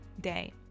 day